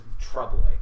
troubling